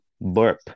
burp